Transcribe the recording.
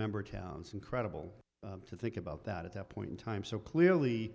member towns incredible to think about that at that point in time so clearly